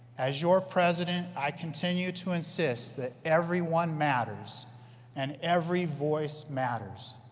as your president, i continue to insist that everyone matters and every voice matters.